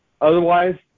otherwise